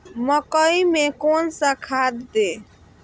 मकई में कौन सा खाद दे?